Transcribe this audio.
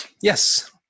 Yes